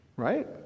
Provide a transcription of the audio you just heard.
Right